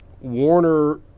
Warner